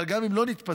אבל גם אם לא נתפזר,